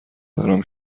ندارم